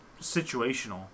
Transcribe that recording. situational